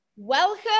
Welcome